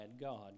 God